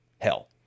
Hell